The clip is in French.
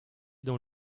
dans